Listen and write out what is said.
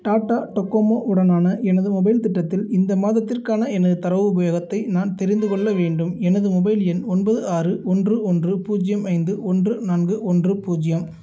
Tata Docomo உடனான எனது mobile திட்டத்தில் இந்த மாதத்திற்கான எனது தரவு உபயோகத்தை நான் தெரிந்துகொள்ள வேண்டும் எனது மொபைல் எண் ஒன்பது ஆறு ஒன்று ஒன்று பூஜ்ஜியம் ஐந்து ஒன்று நான்கு ஒன்று பூஜ்ஜியம்